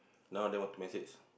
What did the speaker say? now then want to message